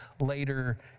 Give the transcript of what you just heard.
later